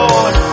Lord